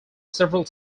several